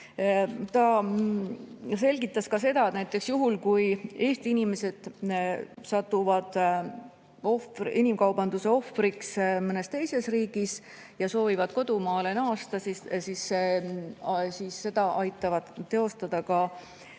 Ta selgitas sedagi, et näiteks juhul, kui Eesti inimesed satuvad inimkaubanduse ohvriks mõnes teises riigis ja soovivad kodumaale naasta, siis seda tehakse koostöös